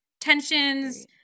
tensions